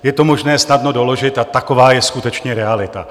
Je to možné snadno doložit a taková je skutečně realita.